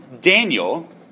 Daniel